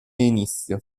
inizio